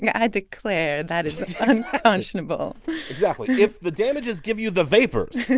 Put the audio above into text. yeah i declare that is unconscionable exactly. if the damages give you the vapors,